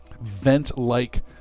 vent-like